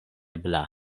grado